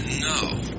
No